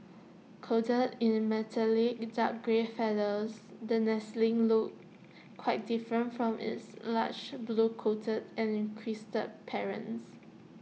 coated in the metallic dark grey feathers the nestling looks quite different from its large blue coated and crested parents